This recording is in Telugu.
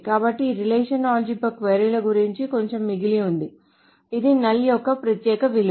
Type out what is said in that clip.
కాబట్టి ఈ రిలేషనల్ అల్జీబ్రా క్వరీ ల గురించి కొంచెం మిగిలి ఉంది ఇది null యొక్క ప్రత్యేక విలువ